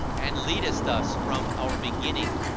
and leadest us from our beginning,